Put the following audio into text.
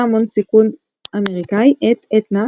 יזם הון סיכון אמריקאי את "אתנה"